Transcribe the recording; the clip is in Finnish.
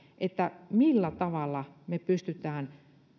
millä tavalla me pystymme